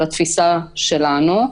בתפיסה שלנו,